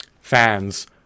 fans